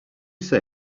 say